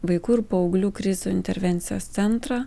vaikų ir paauglių krizių intervencijos centrą